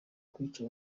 kwica